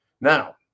Now